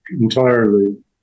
entirely